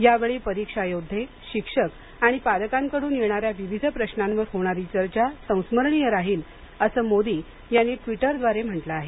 यावेळी परीक्षा योद्वे शिक्षक आणि पालकांकडून येणाऱ्या विविध प्रशांवर होणारी चर्चा संस्मरणीय राहील असं मोदी यांनी ट्वीटरद्वारे म्हटलं आहे